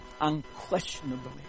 unquestionably